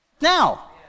now